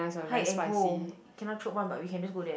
Hyde and Co cannot chope one but we can just go there